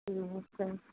okay